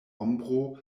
ombro